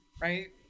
right